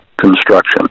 Construction